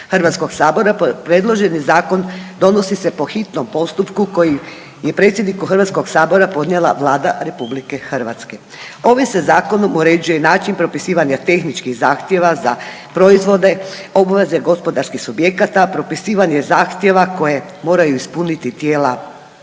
Hrvatskoga sabora predloženi zakon donosi se po hitnom postupku koji je predsjedniku HS-a podnijela Vlada RH. Ovim se zakonom uređuje načina propisivanja tehničkih zahtjeva za proizvode, obveze gospodarskih subjekata, propisivanje zahtjeva koje moraju ispuniti tijela za